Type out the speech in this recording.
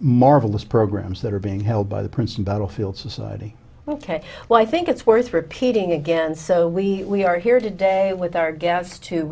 marvelous programs that are being held by the princeton battlefield society ok well i think it's worth repeating again so we are here today with our g